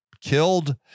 killed